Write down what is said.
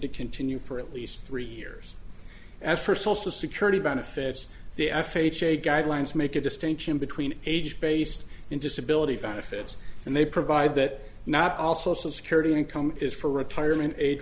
to continue for at least three years as for social security benefits the f h a guidelines make a distinction between age based in disability benefits and they provide that not also security income is for retirement age